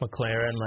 McLaren